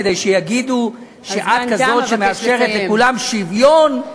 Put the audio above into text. כדי שיגידו שאת כזאת שמאפשרת לכולם שוויון?